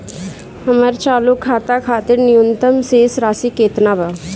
हमर चालू खाता खातिर न्यूनतम शेष राशि केतना बा?